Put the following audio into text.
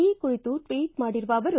ಈ ಕುರಿತು ಟ್ನೀಟ್ ಮಾಡಿರುವ ಅವರು